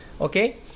okay